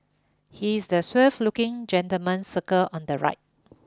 he is the looking gentleman circled on the right